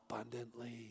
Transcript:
abundantly